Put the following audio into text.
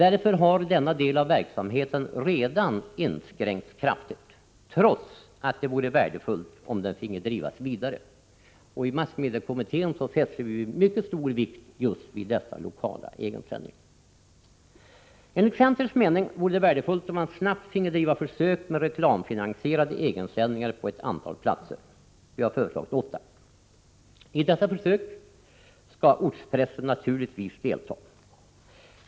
Därför har denna del av verksamheten redan inskränkts kraftigt, trots att det vore värdefullt om den finge drivas vidare. I massmediekommittén fäste vi mycket stor vikt just vid dessa lokala egensändningar. Enligt centerns mening vore det värdefullt om man snabbt finge driva försök med reklamfinansierade egensändningar på ett antal platser — vi har föreslagit åtta. I dessa försök skall ortspressen naturligtvis delta.